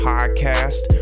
Podcast